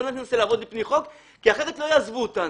בואו ננסה לעבוד לפי חוק כי אחרת לא יעזבו אותנו.